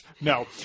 No